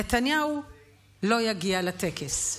נתניהו לא יגיע לטקס.